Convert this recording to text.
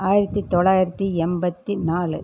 ஆயிரத்து தொள்ளாயிரத்துதி எண்பத்தி நாலு